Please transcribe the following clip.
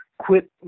quit